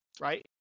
right